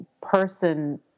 person